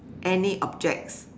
any objects